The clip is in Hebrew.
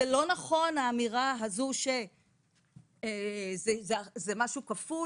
זה לא נכון האמירה הזו שזה משהו כפול.